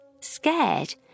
Scared